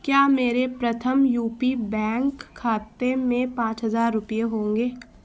کیا میرے Pratham U P bank کھاتے میں پانچ ہزار روپے ہوں گے